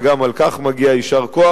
וגם על כך מגיע יישר כוח.